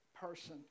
person